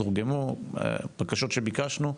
תורגמו הדברים שביקשנו,